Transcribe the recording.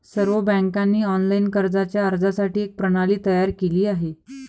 सर्व बँकांनी ऑनलाइन कर्जाच्या अर्जासाठी एक प्रणाली तयार केली आहे